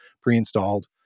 pre-installed